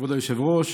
כבוד היושב-ראש,